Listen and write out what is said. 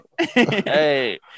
Hey